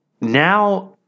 Now